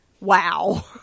wow